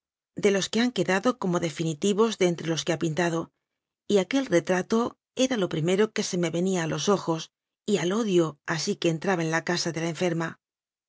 de los que han quedado como definitivos de entre los que ha pintado y aquel retrato era lo primero que se me venía a los ojos y al odio así que entraba en la casa de la enferma